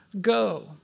go